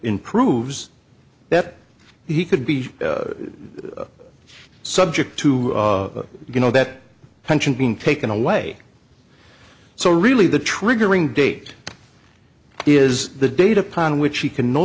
mproves that he could be subject to you know that pension being taken away so really the triggering date is the date upon which he can no